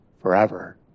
forever